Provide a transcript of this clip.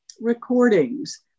recordings